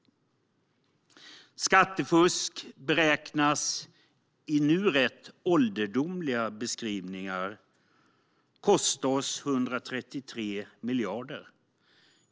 Skattefusk beräknas i nu rätt ålderdomliga beskrivningar kosta oss 133 miljarder.